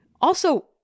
Also-